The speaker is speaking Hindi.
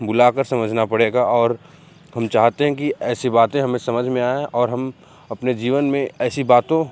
बुलाकर समझना पड़ेगा और हम चाहते हैं कि ऐसी बातें हमें समझ में आएँ और हम अपने जीवन में ऐसी बातों